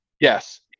Yes